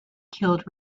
killed